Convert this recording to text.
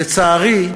לצערי,